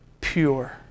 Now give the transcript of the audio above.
pure